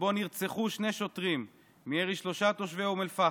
שבו נרצחו שני שוטרים מירי שלושה תושבי אום אל-פחם.